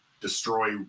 destroy